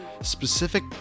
specific